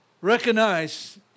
Recognize